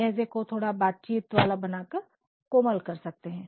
लहज़े को थोड़ा बातचीत वाला बनाकर कोमल कर सकते हैं